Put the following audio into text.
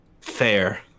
fair